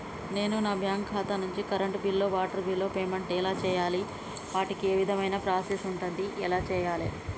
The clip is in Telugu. నేను నా బ్యాంకు ఖాతా నుంచి కరెంట్ బిల్లో వాటర్ బిల్లో పేమెంట్ ఎలా చేయాలి? వాటికి ఏ విధమైన ప్రాసెస్ ఉంటది? ఎలా చేయాలే?